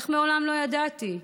איך מעולם לא ידעתי?